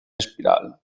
espiral